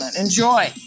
Enjoy